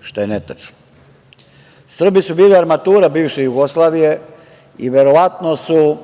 što je netačno. Srbi su bili armatura bivše Jugoslavije i verovatno su